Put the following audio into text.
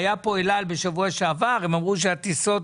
היו פה הנציגים מאל על בשבוע שעבר שאמרו שהטיסות